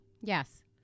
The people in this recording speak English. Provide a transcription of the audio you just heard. Yes